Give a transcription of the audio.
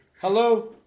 Hello